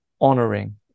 honoring